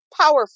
powerful